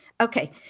okay